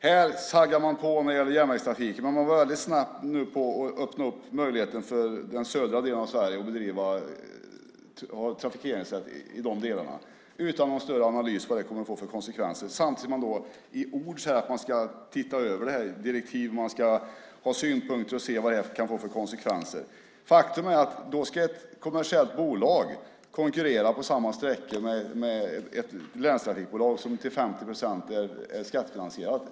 Här saggar man på när det gäller järnvägstrafiken, men man var snabb med att öppna möjligheten för trafikeringsrätt i de södra delarna av Sverige utan någon större analys av konsekvenserna. Samtidigt ska man i ord se över direktivet, framföra synpunkter och se på konsekvenserna. Faktum är att ett kommersiellt bolag ska konkurrera på samma sträckor med ett länstrafikbolag som till 50 procent är skattefinansierat.